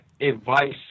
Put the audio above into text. advice